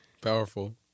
Powerful